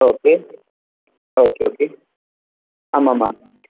okay okay okay ஆமாம்மா